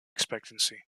expectancy